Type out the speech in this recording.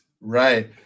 right